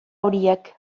horiek